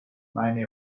meine